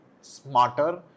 smarter